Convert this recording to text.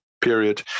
period